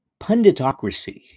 punditocracy